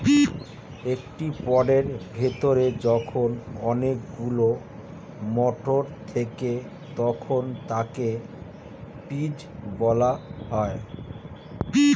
একটি পডের ভেতরে যখন অনেকগুলো মটর থাকে তখন তাকে পিজ বলা হয়